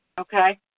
Okay